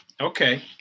Okay